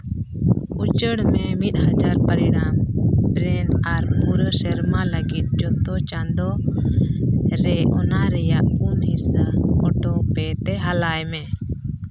ᱩᱪᱟᱹᱲ ᱢᱮ ᱢᱤᱫ ᱦᱟᱡᱟᱨ ᱯᱚᱨᱤᱢᱟᱱ ᱵᱨᱮᱱ ᱟᱨ ᱯᱩᱨᱟᱹ ᱥᱮᱨᱢᱟ ᱞᱟᱹᱜᱤᱫ ᱡᱚᱛᱚ ᱪᱟᱸᱫᱳ ᱨᱮ ᱚᱱᱟᱨᱮᱭᱟᱜ ᱯᱩᱱ ᱦᱤᱥᱥᱟᱹ ᱚᱴᱳ ᱯᱮ ᱛᱮ ᱦᱟᱞᱟᱭ ᱢᱮ